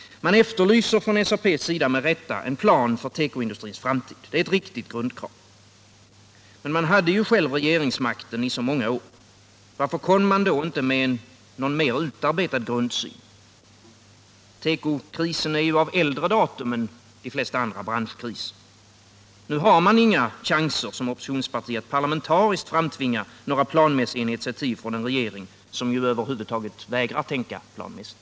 Man efterlyser från SAP:s sida med rätta en plan för tekoindustrins framtid. Det är ett riktigt grundkrav, men man hade ju själv regeringsmakten i så många år. Varför kom man då inte med någon mer utarbetad grundsyn? Tekokrisen är ju av äldre datum än de flesta andra bransch = Nr 49 kriser. Nu har man i opposition inga chanser att parlamentariskt fram Tisdagen den tvinga några planmässiga initiativ från en regering, som ju över huvud 13 december 1977 vägrar tänka planmässigt.